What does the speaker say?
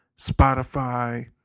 Spotify